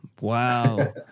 Wow